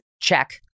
check